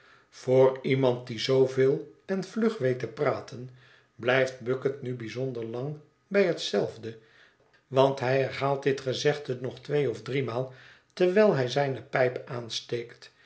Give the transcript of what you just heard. voor iemand die zooveel en vlug weet te praten blijft bucket nu bijzonder lang bij hetzelfde want hij herhaalt dit gezegde nog tweeof driemaal terwijl hij zijne pijp aansteekt